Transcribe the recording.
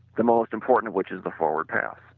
the most important of which is the forward pass.